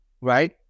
right